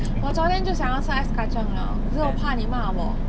我昨天就想要吃 ice kacang liao 可是我怕你骂我